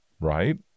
right